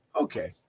Okay